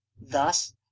Thus